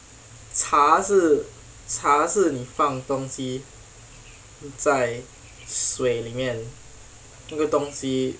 茶是茶是你放东西在水里面那个东西